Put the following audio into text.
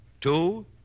Two